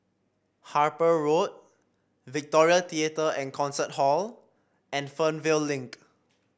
Harper Road Victoria Theatre and Concert Hall and Fernvale Link